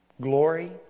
glory